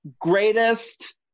greatest